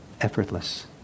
effortless